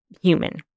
human